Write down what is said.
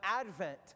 Advent